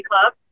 Club